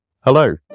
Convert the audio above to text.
Hello